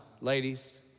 ladies